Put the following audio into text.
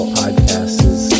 podcasts